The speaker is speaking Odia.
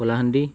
କଲାହାଣ୍ଡି